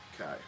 Okay